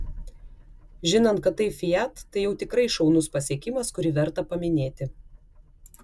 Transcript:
žinant kad tai fiat tai jau tikrai šaunus pasiekimas kurį verta paminėti